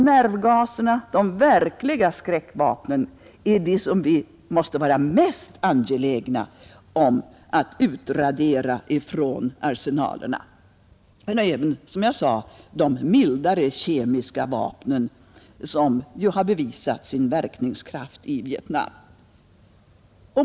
Nervgaserna, de verkliga skräckvapnen, är de som vi måste vara mest angelägna om att eliminera från arsenalerna, men även de mildare kemiska vapnen är som sagt farliga och har bevisat sin förskräckande verkningskraft i Vietnam.